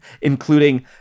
including